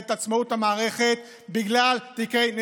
אתם מנסים לשעבד את שלטון החוק ואת עצמאות המערכת בגלל תיקי נתניהו.